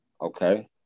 Okay